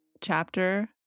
chapter